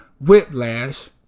whiplash